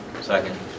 Second